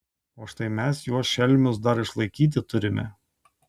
o štai mes juos šelmius dar išlaikyti turime